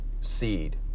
seed